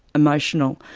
emotional.